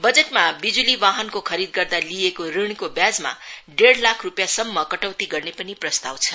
budget विजुली वाहनको खरीद गर्दा लिइएको ऋणको व्याजमा डेढ़ लाख रूपियाँसम्म कटौती गर्ने पनि प्रस्ताव छ